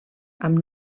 amb